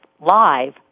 live